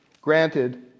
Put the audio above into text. granted